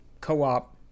co-op